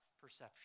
perception